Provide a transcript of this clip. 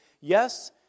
yes